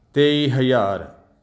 ਤੇਈ ਹਜ਼ਾਰ